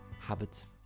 habits